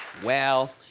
well,